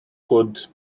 could